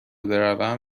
بروم